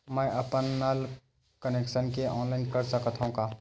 मैं अपन नल कनेक्शन के ऑनलाइन कर सकथव का?